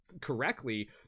correctly